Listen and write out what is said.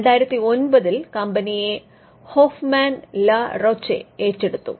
2009ൽ കമ്പനിയെ Hoffmann La Roche ഏറ്റെടുത്തു